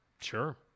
Sure